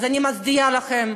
אז אני מצדיעה לכם,